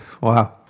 Wow